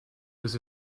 was